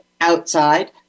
outside